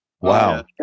Wow